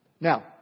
Now